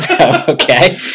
Okay